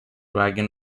wagon